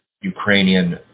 Ukrainian